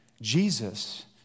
Jesus